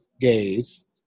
gays